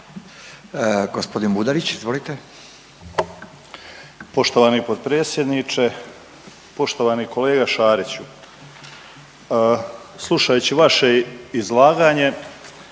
**Budalić, Ivan (HDZ)** Poštovani potpredsjedniče, poštovani kolega Šariću slušajući vaše izlaganje